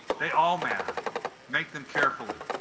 they all matter make them carefully